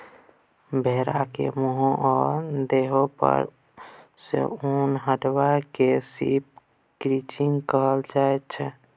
भेड़ा केर मुँह आ देह पर सँ उन हटेबा केँ शिप क्रंचिंग कहल जाइ छै